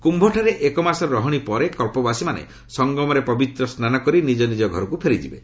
କ୍ୟୁଠାରେ ଏକମାସର ରହଣି ପରେ କଳ୍ପବାସୀମାନେ ସଂଗମରେ ପବିତ୍ର ସ୍ୱାନ କରି ନିଜ ନିଜର ଘରକୁ ଫେରିଯିବେ